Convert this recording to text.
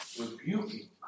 rebuking